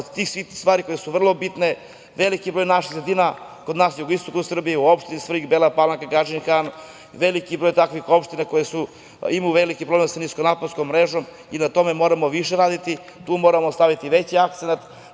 i tih sitnih stvari koje su vrlo bitne, veliki broj naših sredina, kod nas na jugoistoku Srbije, opštine Svrljig, Bela Palanka, Gadžin Han, veliki broj tih opština imaju problem sa niskonaponskom mrežom i na tome moramo više raditi, tu moramo staviti veći akcenat,